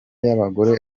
y’abagore